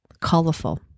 colorful